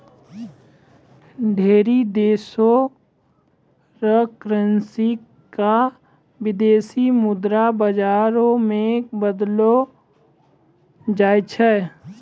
ढेरी देशो र करेन्सी क विदेशी मुद्रा बाजारो मे बदललो जाय छै